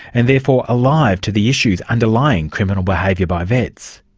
and therefore alive to the issues underlying criminal behaviour by vets.